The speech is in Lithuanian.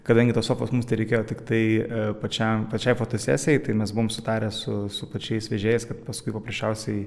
kadangi tos sofos mums tereikėjo tiktai pačiam pačiai fotosesijai tai mes buvom sutarę su su pačiais vežėjais kad paskui paprasčiausiai